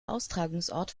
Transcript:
austragungsort